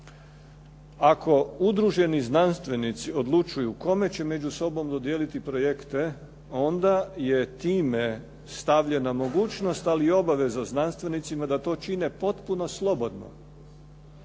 Ako udruženi znanstvenici odlučuju kome će među sobom dodijeliti projekte, onda je time stavljena mogućnost, ali i obaveza znanstvenicima da to čine potpuno slobodno.